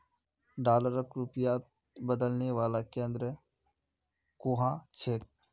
डॉलरक रुपयात बदलने वाला केंद्र कुहाँ छेक